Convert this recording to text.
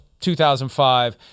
2005